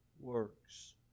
works